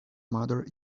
mother